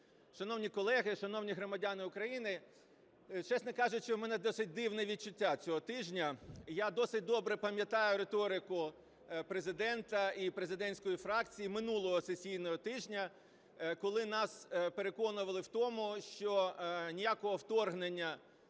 Шановні колеги, шановні громадяни України, чесно кажучи, у мене досить дивне відчуття цього тижня. Я досить добре пам'ятаю риторику Президента і президентської фракції минулого сесійного тижня, коли нас переконували в тому, що ніякого вторгнення